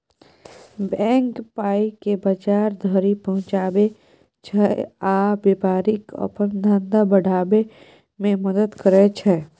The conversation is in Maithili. बैंक पाइकेँ बजार धरि पहुँचाबै छै आ बेपारीकेँ अपन धंधा बढ़ाबै मे मदद करय छै